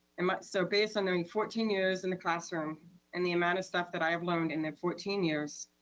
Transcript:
and but so based on knowing fourteen years in the classroom and the amount of stuff that i have learned in the fourteen years,